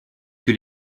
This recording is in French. que